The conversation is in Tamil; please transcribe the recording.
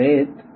ஒரு லேத்